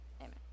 Amen